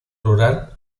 rural